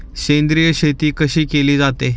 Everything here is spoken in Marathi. सेंद्रिय शेती कशी केली जाते?